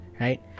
right